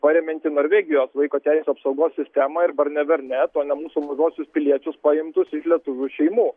paremiantį norvegijos vaiko teisių apsaugos sistemą ir barnevernet o ne mūsų mažuosius piliečius paimtus iš lietuvių šeimų